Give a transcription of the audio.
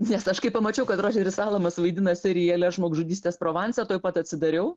nes aš kai pamačiau kad rodžeris alamas vaidina seriale žmogžudystės provanse tuoj pat atsidariau